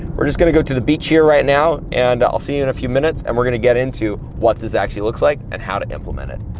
we're just gonna go to the beach here right now, and i'll see you in a few minutes, and we're gonna get into what this actually looks like, and how to implement it.